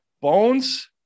Bones